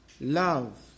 love